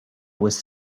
was